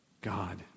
God